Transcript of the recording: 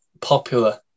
popular